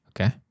Okay